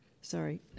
sorry